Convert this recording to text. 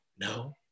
No